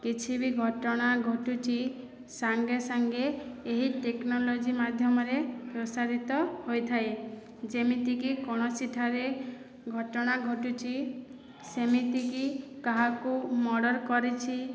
କିଛି ବି ଘଟଣା ଘଟୁଛି ସାଙ୍ଗେ ସାଙ୍ଗେ ଏହି ଟେକ୍ନୋଲୋଜି ମାଧ୍ୟମରେ ପ୍ରସାରିତ ହୋଇଥାଏ ଯେମିତିକି କୌଣସି ଠାରେ ଘଟଣା ଘଟୁଛି ସେମିତିକି କାହାକୁ ମର୍ଡ଼ର କରିଛି